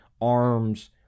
arms